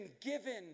given